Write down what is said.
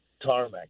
Tarmac